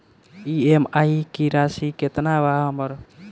EMI की राशि केतना बा हमर?